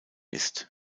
ist